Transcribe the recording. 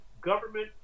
government